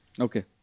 Okay